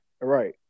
Right